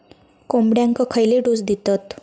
कोंबड्यांक खयले डोस दितत?